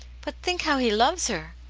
but think how he loves her!